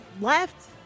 left